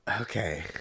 Okay